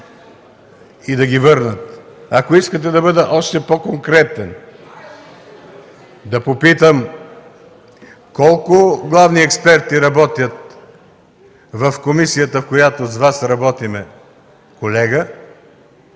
и да ги върнат. (Реплики.) Ако искате да бъда още по-конкретен, да попитам: колко главни експерти работят в комисията, в която с Вас работим, колега?